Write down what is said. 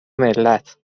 ملت